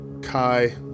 Kai